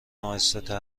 آهستهتر